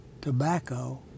tobacco